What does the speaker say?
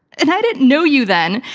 and i didn't know you then.